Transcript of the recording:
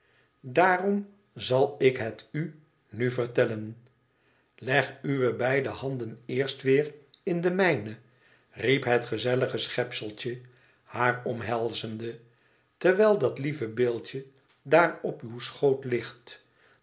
daarom zal ik het u nu vertellen leg uwe beide handen eerst weer in de mijne riep het gezellige schepseltje haar omhelzende terwijl dat lieve beeldje daar op uw schoot ligt